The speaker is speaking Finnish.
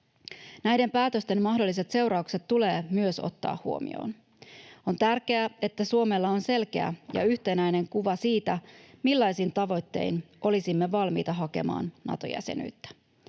Näiden päätösten mahdolliset seuraukset tulee myös ottaa huomioon. On tärkeää, että Suomella on selkeä ja yhtenäinen kuva siitä, millaisin tavoittein olisimme valmiita hakemaan Nato-jäsenyyttä.